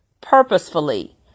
purposefully